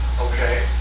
Okay